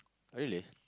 really